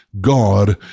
God